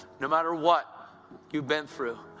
no matter what you've been through,